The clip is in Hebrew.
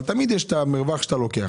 אבל תמיד יש את המרווח שאתה לוקח.